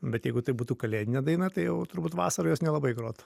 bet jeigu tai būtų kalėdinė daina tai jau turbūt vasarą jos nelabai grotų